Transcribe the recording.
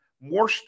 more